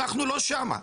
אנחנו לא שם.